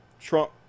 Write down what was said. Trump